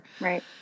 Right